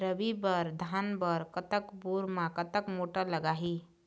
रबी बर धान बर कतक बोर म कतक मोटर लागिही?